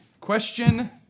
Question